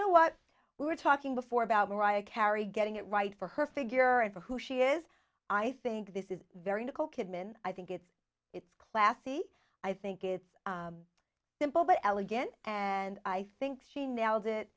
know what we were talking before about mariah carey getting it right for her figure and for who she is i think this is very nicole kidman i think it's it's classy i think it's simple but elegant and i think she n